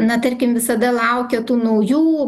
na tarkim visada laukia tų naujų